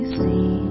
see